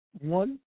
one